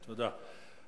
תודה.